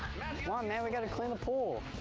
come on, man, we gotta clean the pool.